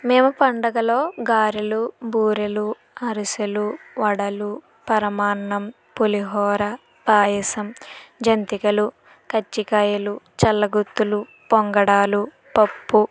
మేము పండగలో గారెలు బూరెలు అరిసెలు వడలు పరమాన్నం పులిహోర పాయసం జంతికలు కజ్జికాయలు చల్లగుత్తులు పొంగడాలు పప్పు